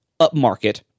upmarket